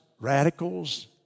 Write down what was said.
radicals